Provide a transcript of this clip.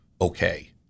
okay